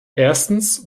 erstens